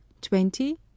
Twenty